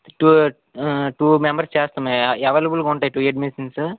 two two members చేస్తాం అవెలబుల్గా ఉంటాయా టు అడ్మిషన్స్